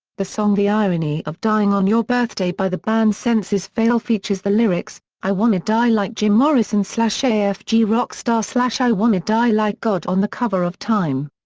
the song the irony of dying on your birthday by the band senses fail features the lyrics i wanna die like jim morrison so so a f g rock star so ah i wanna die like god on the cover of time.